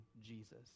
Jesus